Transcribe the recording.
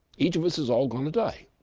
each of us is all going to die